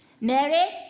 Mary